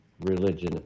religion